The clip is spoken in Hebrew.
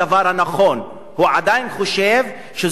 הוא עדיין חושב שזאת ארץ האבות,